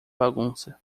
bagunça